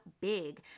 big